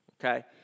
Okay